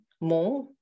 more